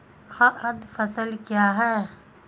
खाद्य फसल क्या है?